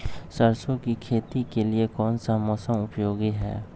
सरसो की खेती के लिए कौन सा मौसम उपयोगी है?